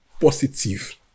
positive